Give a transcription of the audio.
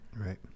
right